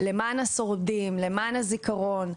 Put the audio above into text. למען השורדים ולמען הזיכרון.